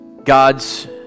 God's